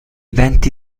venti